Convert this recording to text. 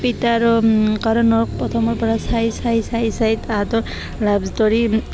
প্ৰীতা আৰু কৰণৰ প্ৰথমৰ পৰা চাই চাই চাই চাই তাহাঁতৰ লাভ ষ্ট'ৰী